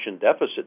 deficit